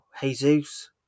Jesus